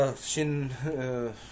Shin